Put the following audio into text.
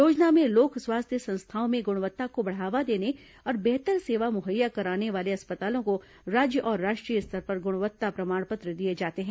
योजना में लोक स्वास्थ्य संस्थाओं में गुणवत्ता को बढ़ावा देने और बेहतर सेवा मुहैया कराने वाले अस्पतालों को राज्य और राष्ट्रीय स्तर पर गुणवत्ता प्रमाण पत्र दिए जाते हैं